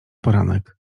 poranek